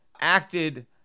acted